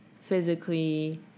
physically